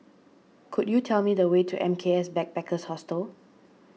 could you tell me the way to M K S Backpackers Hostel